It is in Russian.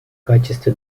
качестве